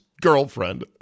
Girlfriend